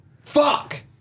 fuck